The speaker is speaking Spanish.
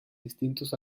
distintos